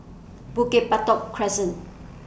Bukit Batok Crescent